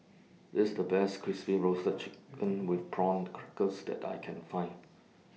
This The Best Crispy Roasted Chicken with Prawn Crackers that I Can Find